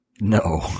No